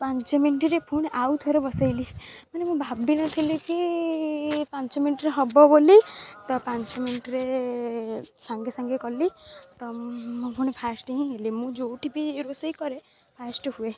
ପାଞ୍ଚ ମିନିଟ୍ ରେ ଫୁଣି ଆଉଥରେ ବସାଇଲି ମାନେ ମୁଁ ଭାବି ନଥିଲି କି ପାଞ୍ଚ ମିନିଟ୍ ରେ ହବ ବୋଲି ତ ପାଞ୍ଚ ମିନିଟ୍ ରେ ସାଙ୍ଗେ ସାଙ୍ଗେ କଲି ତ ମୁଁ ଫୁଣି ଫାଷ୍ଟ୍ ହିଁ ହେଲି ମୁଁ ଯେଉଁଠି ବି ରୋଷେଇ କରେ ଫାଷ୍ଟ୍ ହୁଏ